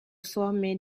former